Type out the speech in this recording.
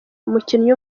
umukinnyi